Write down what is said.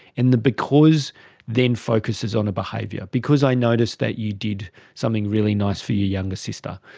and the because then focuses on a behaviour because i noticed that you did something really nice for your younger sister,